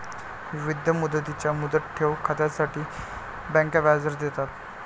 विविध मुदतींच्या मुदत ठेव खात्यांसाठी बँका व्याजदर देतात